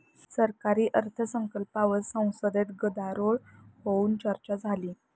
सरकारी अर्थसंकल्पावर संसदेत गदारोळ होऊन चर्चा झाली